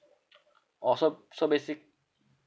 orh so so basic